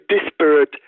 disparate